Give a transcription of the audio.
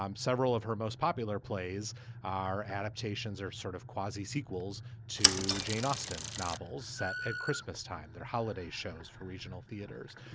um several of her most popular plays are adaptations are sort of quasi sequels to jane austen novels set at christmas time their holiday shows for regional theaters.